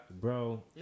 bro